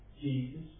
Jesus